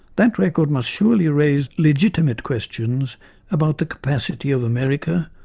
that record must surely raise legitimate questions about the capacity of america,